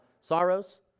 sorrows